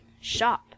Shop